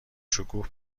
شکوه